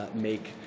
make